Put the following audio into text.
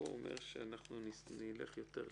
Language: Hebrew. אבל כדי לא להיתקע בהם לפעמים נתקעים במשהו אנחנו נתקדם.